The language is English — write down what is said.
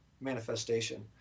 manifestation